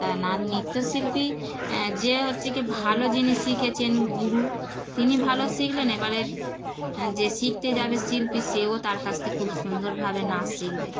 তা না নৃত্যশিল্পী যে হচ্ছে কি ভালো জিনিস শিখেছেন গুরু তিনি ভালো শিখলেন এবারে যে শিখতে যাবে শিল্পী সেও তার কাছ থেকে খুব সুন্দরভাবে নাচ শিখবে